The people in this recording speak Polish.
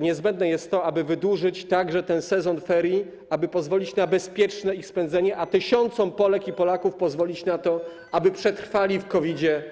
Niezbędne jest to, aby wydłużyć także ten sezon ferii, aby pozwolić na bezpieczne ich spędzenie, a tysiącom Polek i Polaków pozwolić na to, aby przetrwali w COVID-zie